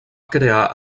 crear